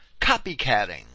copycatting